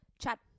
chat